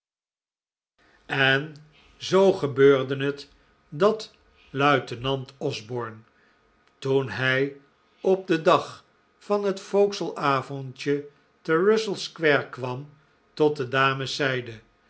en zoo gebeurde het dat luitenant osborne toen hij op den dag van het vauxhallavondje te russell square kwam tot de dames zeide